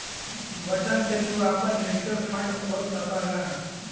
button से तू आपन म्युचुअल फ़ंड खोल सकला